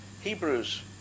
Hebrews